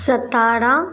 Satara